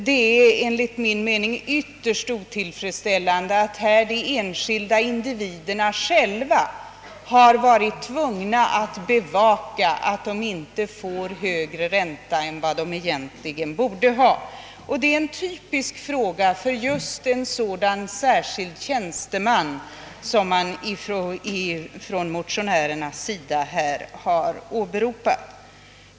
Det är enligt min mening ytterst otill fredsställande att de enskilda indivi: derna själva har varit tvungna att be vaka att de inte får högre ränta än vad de egentligen borde ha. Detta är just en sådan fråga med vilken man skulle kunna vända sig till den särskilda tjänsteman som motionärerna föreslår.